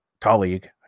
colleague